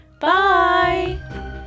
bye